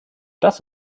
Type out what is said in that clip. das